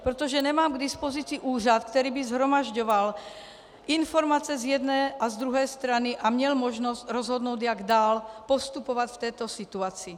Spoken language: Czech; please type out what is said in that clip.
Protože nemám k dispozici úřad, který by shromažďoval informace z jedné a z druhé strany a měl možnost rozhodnout, jak dál postupovat v této situaci.